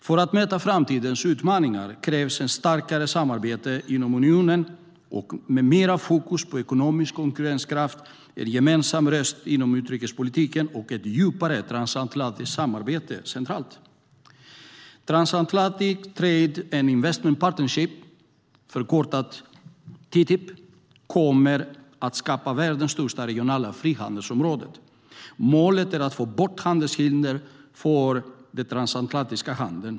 För att möta framtidens utmaningar krävs ett starkare samarbete inom unionen med mer fokus på ekonomisk konkurrenskraft, en gemensam röst inom utrikespolitiken och ett djupare transatlantiskt samarbete centralt. Transatlantic Trade and Investment Partnership, TTIP, kommer att skapa världens största regionala frihandelsområde. Målet är att få bort handelshinder för den transatlantiska handeln.